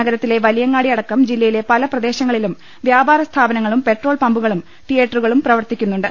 നഗരത്തിലെ വലിയങ്ങാടി അടക്കം ജില്ലയിലെ പല പ്രദേശങ്ങളിലും വ്യാപ്രസ്ഥാപനങ്ങളും പെട്രോൾ പാമ്പുകളും തിയേറ്ററുകളും പ്രവർത്തിക്കുന്നുണ്ട്